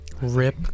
Rip